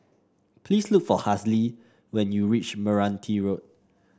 please look for Hazle when you reach Meranti Road